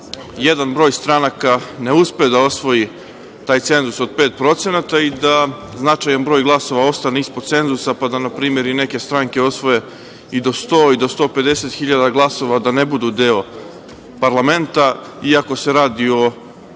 jedan broj stranaka ne uspe da osvoji taj cenzus od 5% i da značajan broj glasova ostane ispod cenzusa, pa da, na primer, neke stranke osvoje i do 100.000 i do 150.000 glasova, a da ne budu deo parlamenta, iako se radi o